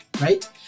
Right